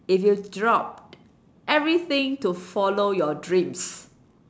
if you dropped everything to follow your dreams